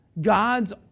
God's